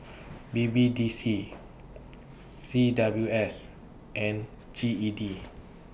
B B D C C W S and G E D